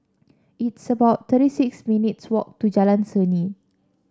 it's about thirty six minutes' walk to Jalan Seni